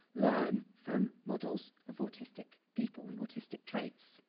learn from models of autistic people and autistic traits.